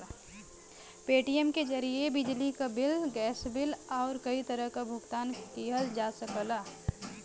Paytm के जरिये बिजली क बिल, गैस बिल आउर कई तरह क भुगतान किहल जा सकला